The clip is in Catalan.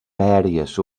aèries